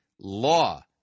law